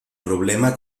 problema